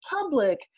public